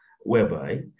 whereby